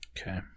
Okay